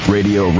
Radio